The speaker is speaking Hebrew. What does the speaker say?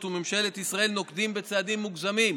וממשלת ישראל נוקטים צעדים מוגזמים,